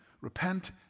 Repent